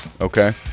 Okay